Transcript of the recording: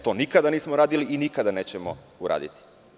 To nikada nismo radili i nikada nećemo uraditi.